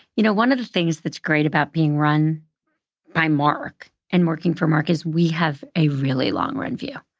you know, one of the things that's great about being run by mark and working for mark is we have a really long run view.